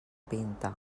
pinta